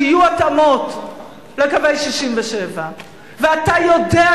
שיהיו התאמות לקווי 67'. ואתה יודע,